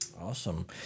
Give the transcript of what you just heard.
Awesome